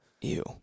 Ew